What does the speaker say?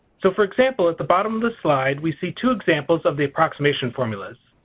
so for example at the bottom of the slide we see two examples of the approximation formulas.